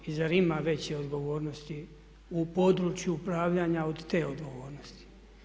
I zar ima veće odgovornosti u području upravljanja od te odgovornosti?